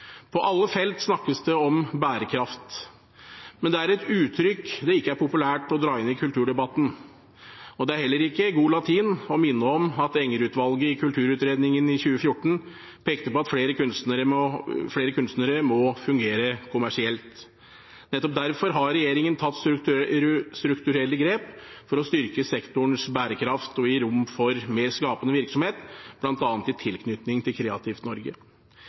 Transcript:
På alle felt snakkes det om bærekraft. Men det er et uttrykk det ikke er populært å dra inn i kulturdebatten. Det er heller ikke god latin å minne om at Enger-utvalget i Kulturutredningen i 2014 pekte på at flere kunstnere må fungere kommersielt. Nettopp derfor har regjeringen tatt strukturelle grep for å styrke sektorens bærekraft og gi rom for mer skapende virksomhet – bl.a. i tilknytning til Kreativt Norge.